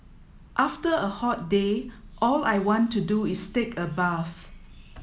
after a hot day all I want to do is take a bath